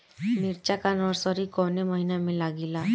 मिरचा का नर्सरी कौने महीना में लागिला?